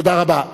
תודה רבה.